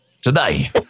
today